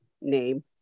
name